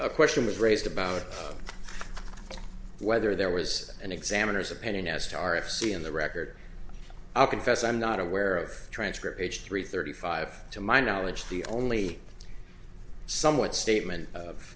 a question was raised about whether there was an examiners opinion as to r f c in the record i confess i'm not aware of transcript page three thirty five to my knowledge the only somewhat statement of